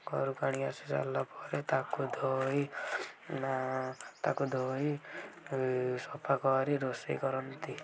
ଘରକୁ ଆଣିକି ଆସିସାରିଲା ପରେ ତାକୁ ଧୋଇ ନାଁ ତାକୁ ଧୋଇ ସଫାକରି ରୋଷେଇ କରନ୍ତି